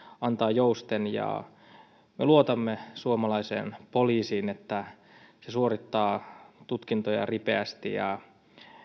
joustaa me luotamme suomalaiseen poliisiin että se suorittaa tutkintoja ripeästi ja